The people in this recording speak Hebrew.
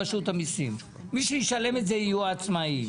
מי שישלם את זה יהיו העצמאים.